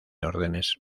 órdenes